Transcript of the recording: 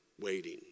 waiting